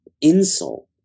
insult